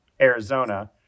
Arizona